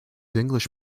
english